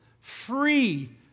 free